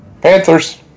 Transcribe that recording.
Panthers